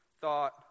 thought